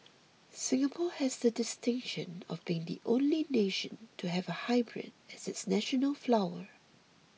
Singapore has the distinction of being the only nation to have a hybrid as its national flower